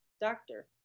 doctor